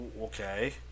okay